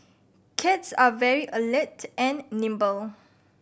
cats are very alert and nimble